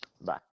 Bye